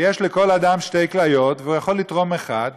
ויש לכל אדם שתי כליות והוא יכול לתרום אחת,